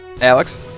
Alex